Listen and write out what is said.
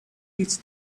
its